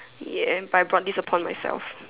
ya and by brought this upon myself